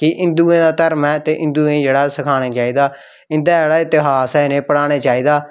ते हिंदुएं दा धर्म ऐ ते हिंदुएं गी जेह्ड़ा सखाना चाहिदा इं'दा जेह्ड़ा इतिहास ऐ इ'नें गी थोह्ड़ा पढ़ाना चाहिदा